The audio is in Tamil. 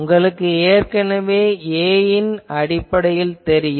உங்களுக்கு ஏற்கனவே A யின் அடிப்படையில் தெரியும்